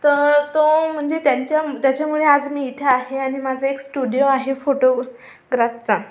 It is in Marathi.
तर तो म्हणजे त्यांच्या त्याच्यामुळे आज मी इथे आहे आणि माझा एक स्टुडिओ आहे फोटोग्राफचा